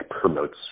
promotes